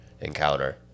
encounter